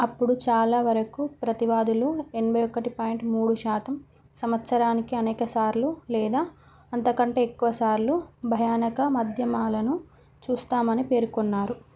అప్పుడు చాలా వరకు ప్రతివాదులు ఎనభై ఒకటి పాయింట్ మూడు శాతం సంవత్సరానికి అనేకసార్లు లేదా అంతకంటే ఎక్కువ సార్లు భయానక మధ్యమాలను చూస్తామని పేర్కొన్నారు